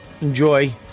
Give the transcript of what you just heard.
Enjoy